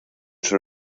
són